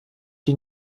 die